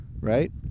right